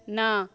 না